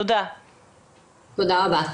תודה רבה.